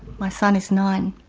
my son is nine.